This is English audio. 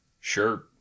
Sure